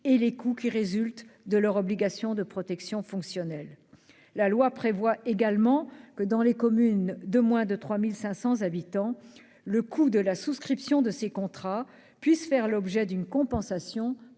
et les coûts qui résultent de leur obligation de protection fonctionnelle. La loi prévoit également que, dans les communes de moins de 3 500 habitants, le montant payé par la commune au titre de cette souscription fait l'objet d'une compensation